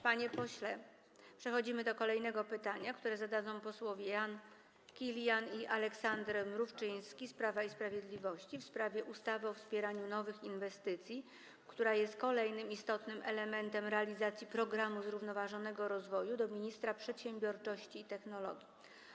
Przechodzimy do kolejnego pytania, które zadadzą posłowie Jan Kilian i Aleksander Mrówczyński z Prawa i Sprawiedliwości, w sprawie ustawy o wspieraniu nowych inwestycji, która jest kolejnym istotnym elementem realizacji programu zrównoważonego rozwoju - do ministra przedsiębiorczości i technologii.